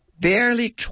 barely